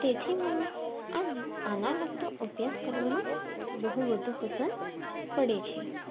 તેથી મને આ ન આના લગતો અભ્યાસ કરવાનું બહુ વધુ પસંદ પડે છે